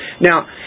Now